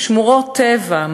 שמורות טבע,